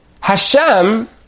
Hashem